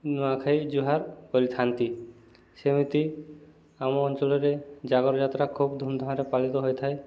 ନୂଆଖାଇ ଜୁହାର କରିଥାନ୍ତି ସେମିତି ଆମ ଅଞ୍ଚଳରେ ଜାଗର ଯାତ୍ରା ଖୁବ୍ ଧୁମ୍ଧାମ୍ରେ ପାଳିତ ହୋଇଥାଏ